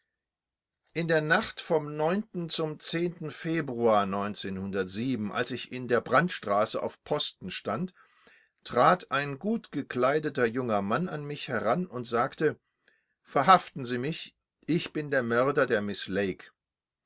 in der nacht vom zum februar als ich in der brandstraße auf posten stand trat ein gutgekleideter junger mann an mich heran und sagte verhaften sie mich ich bin der mörder der miß lake